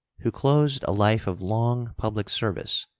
who closed a life of long public service,